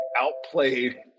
outplayed